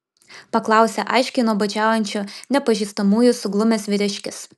paklausė aiškiai nuobodžiaujančių nepažįstamųjų suglumęs vyriškis